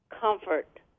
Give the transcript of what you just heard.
comfort